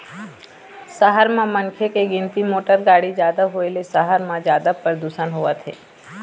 सहर म मनखे के गिनती, मोटर गाड़ी जादा होए ले सहर म जादा परदूसन होवत हे